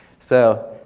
so